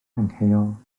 angheuol